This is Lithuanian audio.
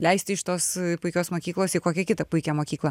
leisti iš tos puikios mokyklos į kokią kitą puikią mokyklą